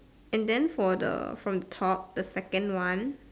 and then for the from the top the second one